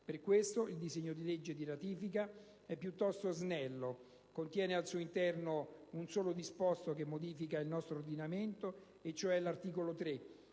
Per questo motivo, il disegno di legge di ratifica è piuttosto snello. Esso contiene al suo interno un solo disposto che modifica il nostro ordinamento: mi riferisco all'articolo 3,